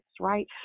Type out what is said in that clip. right